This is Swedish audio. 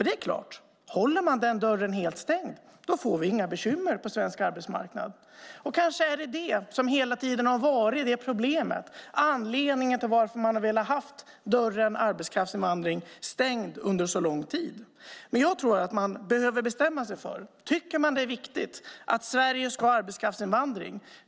Det är klart att om vi håller den dörren helt stängd får vi inga bekymmer på svensk arbetsmarknad. Kanske är det detta som hela tiden har varit problemet och anledningen till att man har velat hålla dörren för arbetskraftsinvandring stängd under så lång tid. Jag tror att man behöver bestämma sig för om man tycker att det är viktigt att Sverige ska ha arbetskraftsinvandring.